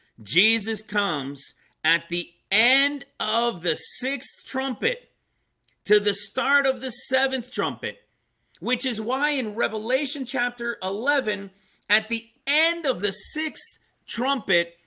jesus comes at the end and of the sixth trumpet to the start of the seventh trumpet which is why in revelation chapter eleven at the end of the sixth trumpet.